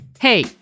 Hey